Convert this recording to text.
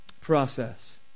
process